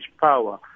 power